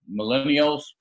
Millennials